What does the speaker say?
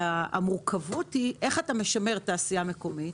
המורכבות היא איך אתה משמר תעשייה מקומית,